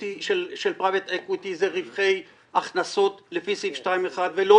פרייבט אקוויטי זה רווחי הכנסות לפי סעיף 2.1 ולא